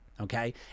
okay